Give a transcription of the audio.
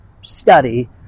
study